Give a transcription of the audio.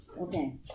Okay